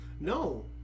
No